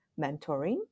mentoring